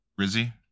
Rizzy